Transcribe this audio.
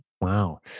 Wow